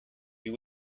you